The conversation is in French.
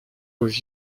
aux